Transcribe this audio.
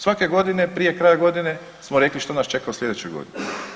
Svake godine prije kraja godine smo rekli što nas čeka u slijedećoj godini.